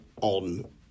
on